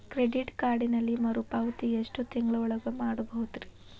Credit ಕಾರ್ಡಿನಲ್ಲಿ ಮರುಪಾವತಿ ಎಷ್ಟು ತಿಂಗಳ ಒಳಗ ಮಾಡಬಹುದ್ರಿ?